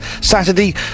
Saturday